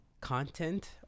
content